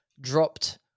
dropped